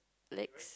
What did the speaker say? plates